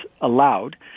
allowed